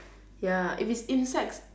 ya if it's insects